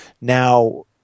Now